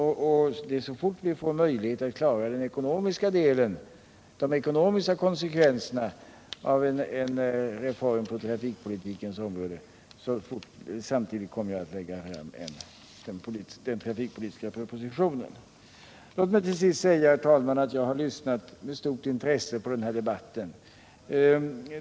Så fort vi har möjligheter att klara de ekonomiska konsekvenserna av en reform på trafikpolitikens område kommer jag att lägga fram den trafikpolitiska propositionen. Låt mig till sist säga: Jag har lyssnat med stort intresse på den här debatten.